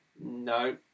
No